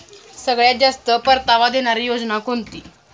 सगळ्यात जास्त परतावा देणारी योजना कोणती?